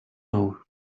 know